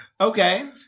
Okay